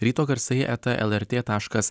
ryto garsai eta lrt taškas